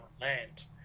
land